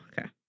okay